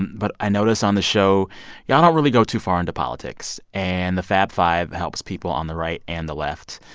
but i notice on the show y'all don't really go too far into politics, and the fab five helps people on the right and the left.